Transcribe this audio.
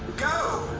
go,